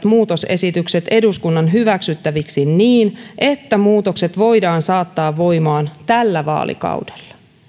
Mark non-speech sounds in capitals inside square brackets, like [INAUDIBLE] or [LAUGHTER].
[UNINTELLIGIBLE] muutosesitykset eduskunnan hyväksyttäväksi niin että muutokset voidaan saattaa voimaan tällä vaalikaudella